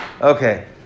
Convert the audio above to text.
Okay